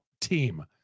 team